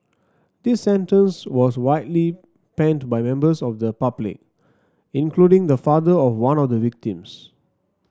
this sentence was widely panned by members of the public including the father of one of the victims